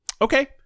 Okay